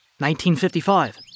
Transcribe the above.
1955